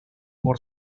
por